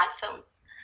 iPhones